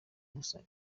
gusa